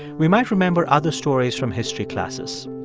we might remember other stories from history classes.